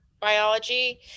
biology